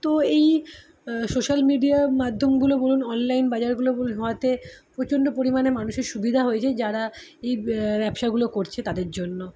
তো এই social media মাধ্যমগুলো বলুন অনলাইন বাজারগুলো বলুন হওয়াতে প্রচণ্ড পরিমাণে মানুষের সুবিধা হয়ে যায় যারা এই ব্যবসাগুলো করছে তাদের জন্য